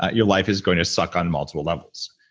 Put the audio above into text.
ah your life is going to suck on multiple levels.